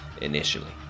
initially